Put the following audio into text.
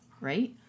right